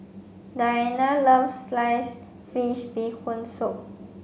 Diana loves sliced fish bee hoon soup